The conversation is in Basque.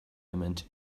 hementxe